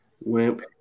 Wimp